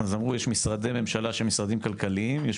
אז אמרו יש משרדי ממשלה שהם משרדים כלכליים ויש